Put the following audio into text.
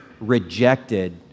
rejected